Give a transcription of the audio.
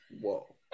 whoa